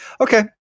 okay